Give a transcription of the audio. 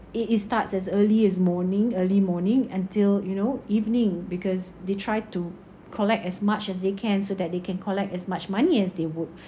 it it starts as early as morning early morning until you know evening because they try to collect as much as they can so that they can collect as much money as they would